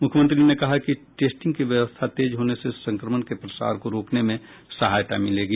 मुख्यमंत्री ने कहा कि टेस्टिंग की व्यवस्था तेज होने से संक्रमण के प्रसार को रोकने में सहायता मिलेगी